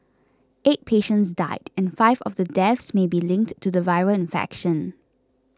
eight patients died and five of the deaths may be linked to the viral infection